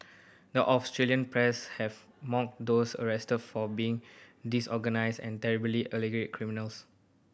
the Australian press have mocked those arrested for being disorganised and terribly alleged criminals